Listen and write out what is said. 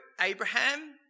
Abraham